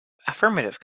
affirmative